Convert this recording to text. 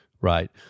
right